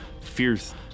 fierce